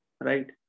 right